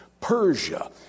Persia